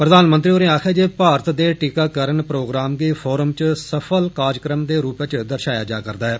प्रधानमंत्री होरें आक्खेआ जे भारत दे टीकाकरण प्रोग्राम गी फोरम च सफल कार्यक्रम दे रुपै च दर्षाया जारदा ऐ